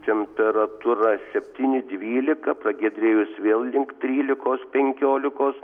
temperatūra septyni dvylika pragiedrėjus vėl link trylikos penkiolikos